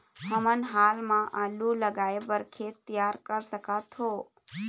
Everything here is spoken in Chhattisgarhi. हमन हाल मा आलू लगाइ बर खेत तियार कर सकथों?